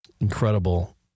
incredible